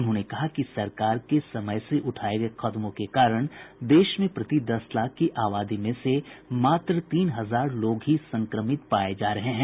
उन्होंने कहा कि सरकार के समय से उठाये गये कदमों के कारण देश में प्रति दस लाख आबादी में से मात्र तीन हजार लोग ही संक्रमित पाये जा रहे हैं